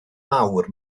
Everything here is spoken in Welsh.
mawr